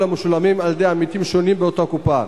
המשולמים על-ידי עמיתים שונים באותה קופה.